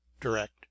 Direct